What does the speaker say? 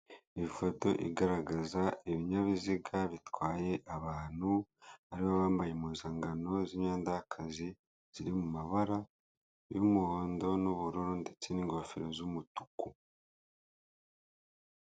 Ifoto igaragaza ibinyabiziga bitwaye abantu aribo bambaye impuzangano z'imyenda y'akazi ziri mu mabara y'umuhondo n'ubururu ndetse n'ingofero z'umutuku.